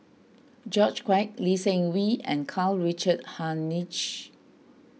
George Quek Lee Seng Wee and Karl Richard Hanitsch